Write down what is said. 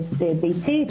ביצית,